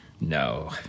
No